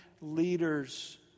leaders